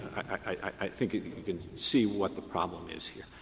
i think that you can see what the problem is here.